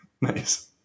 nice